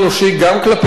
גם כלפיהם וגם